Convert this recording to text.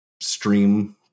stream